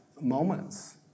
moments